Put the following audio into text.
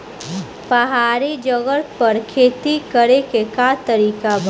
पहाड़ी जगह पर खेती करे के का तरीका बा?